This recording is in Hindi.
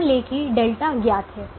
मान लें कि ઠ ज्ञात है